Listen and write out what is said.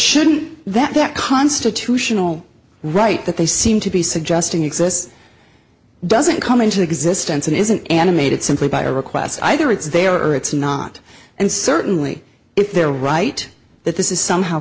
shouldn't that that constitutional right that they seem to be suggesting exists doesn't come into existence and is an animated simply by a request either it's there or it's not and certainly if they're right that this is somehow